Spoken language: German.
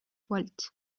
volt